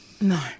No